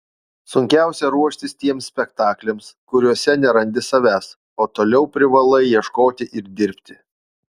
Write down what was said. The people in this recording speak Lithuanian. sunkiausia ruoštis tiems spektakliams kuriuose nerandi savęs o toliau privalai ieškoti ir dirbti